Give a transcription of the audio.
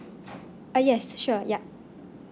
uh yes sure yeah